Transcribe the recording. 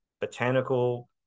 botanical